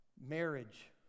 Marriage